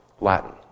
Latin